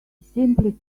simply